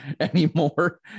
anymore